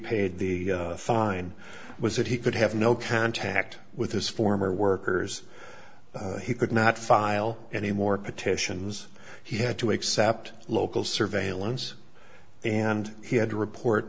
paid the fine was that he could have no contact with his former workers he could not file any more petitions he had to accept local surveillance and he had to report